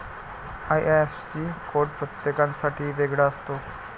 IIFC code प्रत्येकासाठी वेगळा असतो